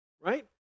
right